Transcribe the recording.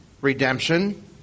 redemption